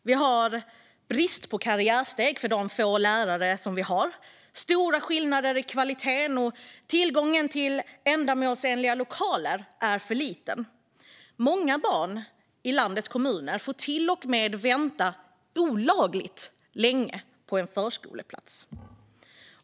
Vi har brist på karriärsteg för de få lärare som vi har. Det är stora skillnader i kvaliteten, och tillgången till ändamålsenliga lokaler är för liten. Många barn i landets kommuner får till och med vänta olagligt länge på en förskoleplats.